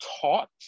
taught